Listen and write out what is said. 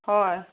হয়